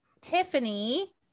tiffany